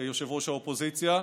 יושב-ראש האופוזיציה,